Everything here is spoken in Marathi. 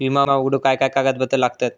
विमो उघडूक काय काय कागदपत्र लागतत?